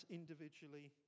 individually